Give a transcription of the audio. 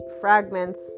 fragments